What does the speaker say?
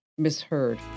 Misheard